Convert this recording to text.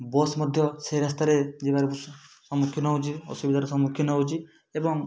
bus ମଧ୍ୟ ସେ ରାସ୍ତାରେ ଯିବାରେ ସମ୍ମୁଖିନ ହଉଛି ଅସୁବିଧାର ସମ୍ମୁଖିନ ହଉଛି ଏବଂ